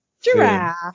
Giraffe